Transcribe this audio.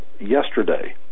yesterday